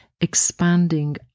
expanding